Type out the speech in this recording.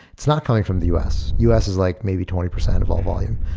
it's not coming from the u s. u s. is like maybe twenty percent of all volume.